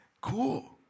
cool